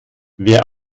wer